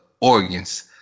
organs